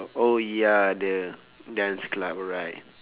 oh ya the dance club right